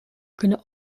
kunnen